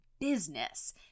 business